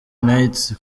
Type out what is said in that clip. night